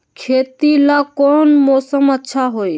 खेती ला कौन मौसम अच्छा होई?